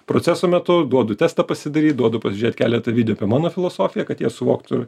proceso metu duodu testą pasidaryt duodu pasižiūrėt keletą video apie mano filosofiją kad jie suvoktų